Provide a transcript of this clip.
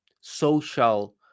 social